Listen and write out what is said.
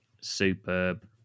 Superb